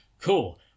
Cool